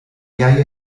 iaia